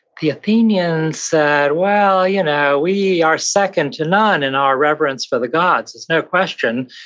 the athenians said, well, you know, we are second to none in our reverence for the gods, there's no question.